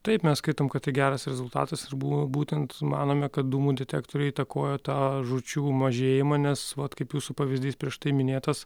taip mes skaitom kad tai geras rezultatas ir buvo būtent manome kad dūmų detektoriai įtakojo tą žūčių mažėjimą nes vat kaip jūsų pavyzdys prieš tai minėtas